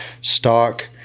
stock